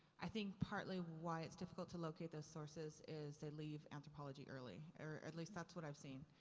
i think partly why it's difficult to locate those sources is they leave anthropology early. or at least that's what i've seen.